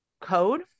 code